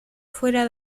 fuera